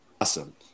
awesome